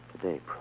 Today